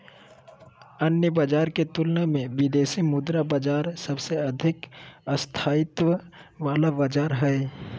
अन्य बाजार के तुलना मे विदेशी मुद्रा बाजार सबसे अधिक स्थायित्व वाला बाजार हय